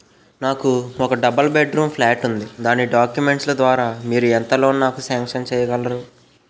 నాకు ఒక double bedroom flat ఉంది దాని డాక్యుమెంట్స్ లు ద్వారా మీరు ఎంత లోన్ నాకు సాంక్షన్ చేయగలరు?